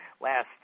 last